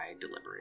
deliberate